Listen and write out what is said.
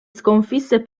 sconfisse